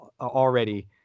already